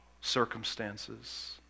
circumstances